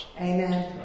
Amen